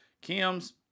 Kim's